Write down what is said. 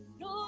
no